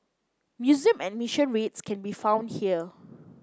museum admission rates can be found here